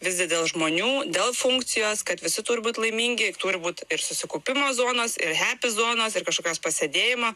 visgi dėl žmonių dėl funkcijos kad visi tur būt laimingi ir turi būt ir susikaupimo zonos ir hepy zonos ir kažkokios pasėdėjimo